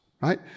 right